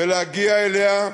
להגיע אליה,